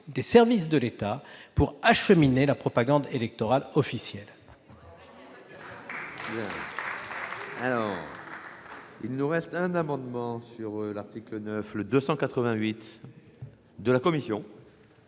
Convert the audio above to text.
des services de l'État dans l'acheminement de la propagande électorale officielle.